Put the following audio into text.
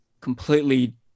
completely